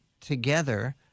together